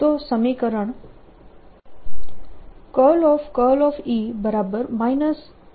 તો સમીકરણ ∂tB મળશે